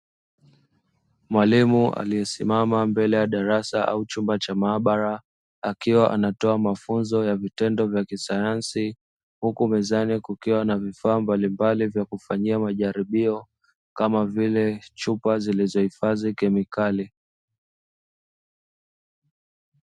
Mwalimu aliyesimama mbele ya darasa au chumba cha maabara, akiwa anatoa mafunzo ya vitendo vya kisayansi, huku mezani kukiwa na vifaa mbalimbali vya kufanyia majaribio kama vile chupa zilizohifadhi kemikali.